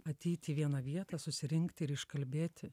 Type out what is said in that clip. ateit į vieną vietą susirinkti ir iškalbėti